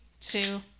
two